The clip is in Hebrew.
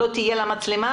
לא תהיה לה מצלמה,